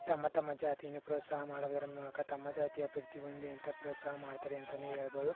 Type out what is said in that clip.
ತಮ್ಮ ತಮ್ಮ ಜಾತಿಯನ್ನು ಪ್ರೋತ್ಸಾಹ ಮಾಡುವುದರ ಮೂಲಕ ತಮ್ಮ ಜಾತಿ ಅಭಿವೃದ್ಧಿ ಹೊಂದಲಿ ಅಂತ ಪ್ರೋತ್ಸಾಹ ಮಾಡ್ತಾರೆ ಅಂತಲೇ ಹೇಳ್ಬೋದು